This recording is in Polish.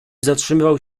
zatrzymywał